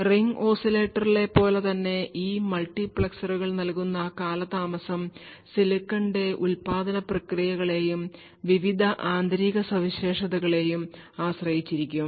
ring ഓസിലേറ്ററിലെ പോലെ തന്നെ ഈ മൾട്ടിപ്ലക്സറുകൾ നൽകുന്ന കാലതാമസം സിലിക്കണിന്റെ ഉൽപാദന പ്രക്രിയകളെയും വിവിധ ആന്തരിക സവിശേഷതകളെയും ആശ്രയിച്ചിരിക്കും